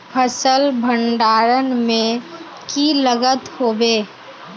फसल भण्डारण में की लगत होबे?